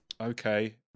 Okay